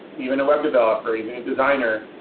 even a web developer, even a designer.